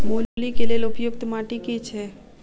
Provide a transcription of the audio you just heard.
मूली केँ लेल उपयुक्त माटि केँ छैय?